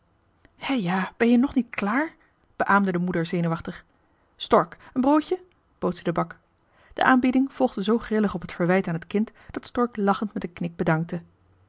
hè ja ben je nog niet klààr beaamde de moeder zenuwachtig stork een broodje bood zij den bak de aanbieding volgde zoo grillig op het verwijt aan het kind dat stork lachend met een knik bedankte